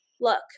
Look